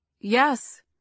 Yes